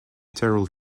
terrell